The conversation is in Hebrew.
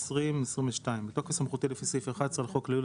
התשפ"ב-2022 בתוקף סמכותי לפי סעיף 11 לחוק לייעול